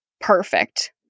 perfect